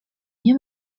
nie